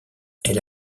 elle